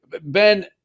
Ben